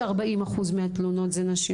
ש-40% מהתלונות זה נשים,